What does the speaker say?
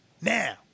Now